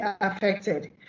affected